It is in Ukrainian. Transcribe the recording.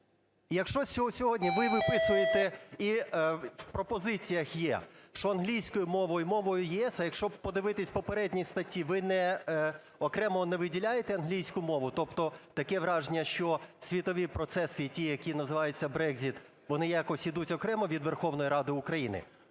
Якщо сьогодні ви виписуєте і в пропозиціях є, що "англійською мовою і мовою ЄС", а якщо подивитись в попередній статті, ви окремо не виділяєте англійську мову. Тобто таке враження, що світові процесі і ті, які називаютьсяBrexit, вони якось ідуть окремо від Верховної Ради України?